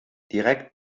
direkt